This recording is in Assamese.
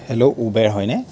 হেল্লো উবেৰ হয়নে